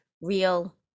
real